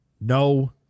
No